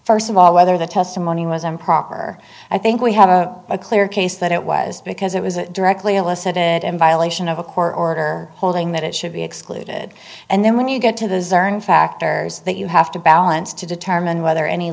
first of all whether the testimony was improper i think we have a clear case that it was because it was directly elicited in violation of a court order holding that it should be excluded and then when you get to the zarin factors that you have to balance to determine whether any